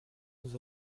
nous